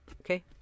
Okay